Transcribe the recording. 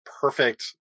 perfect